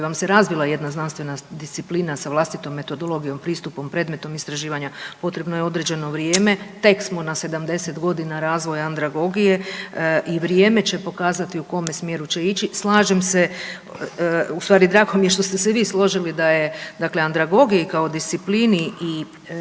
vam se razvila jedna znanstvena disciplina sa vlastitom metodologijom, pristupom, predmetom istraživanja potrebno je određeno vrijeme tek smo na 70 godina razvoja andragogije i vrijeme će pokazati u kome smjeru će ići. Slažem se ustvari drago mi je što ste se i vi složili da je dakle andragogija kao disciplini i